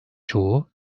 çoğu